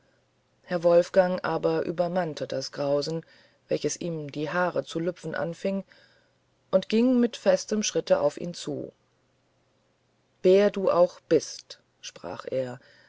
herr wolfgang aber übermannte das grausen welches ihm die haare zu lüpfen anfing und ging mit festem schritte auf ihn zu wer du auch bist sprach er